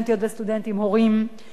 וסטודנטים הורים מהבחינות,